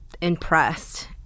impressed